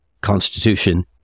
Constitution